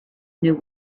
knew